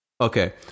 Okay